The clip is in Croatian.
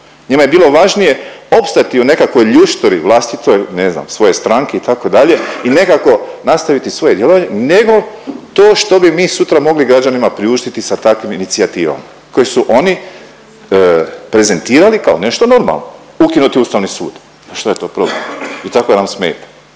Njima je bilo važnije opstati u nekoj ljušturi vlastitoj ne znam svoje stranke itd. i nekako nastaviti svoje djelovanje nego to što bi mi sutra mogli građanima priuštiti sa takvim inicijativama koje su oni prezentirali kao nešto normalno. Ukinuti Ustavni sud što je to problem i tako nam smeta.